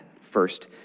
first